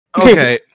Okay